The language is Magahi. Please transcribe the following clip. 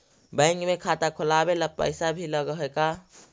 बैंक में खाता खोलाबे ल पैसा भी लग है का?